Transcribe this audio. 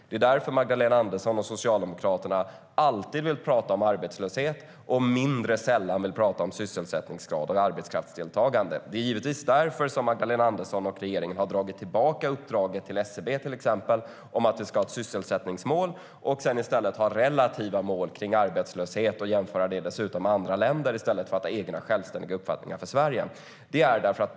Det är därför som Magdalena Andersson och Socialdemokraterna alltid vill prata om arbetslöshet och mer sällan om sysselsättningskrav eller arbetskraftsdeltagande. Det är givetvis därför som Magdalena Andersson och regeringen har dragit tillbaka uppdraget till SCB om att det ska finnas ett sysselsättningsmål. I stället har man relativa mål för arbetslöshet och jämför dem med andra länders mål i stället för att ha egna självständiga uppfattningar som gäller för Sverige.